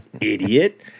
idiot